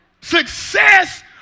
Success